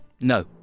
No